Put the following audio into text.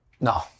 No